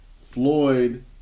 Floyd